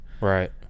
Right